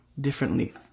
differently